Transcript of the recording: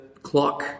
clock